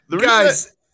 Guys –